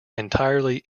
entirely